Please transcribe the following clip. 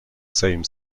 same